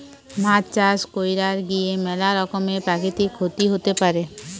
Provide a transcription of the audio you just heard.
মাছ চাষ কইরার গিয়ে ম্যালা রকমের প্রাকৃতিক ক্ষতি হতে পারে